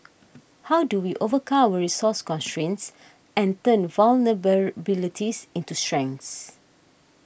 how do we overcome resource constraints and turn vulnerabilities into strengths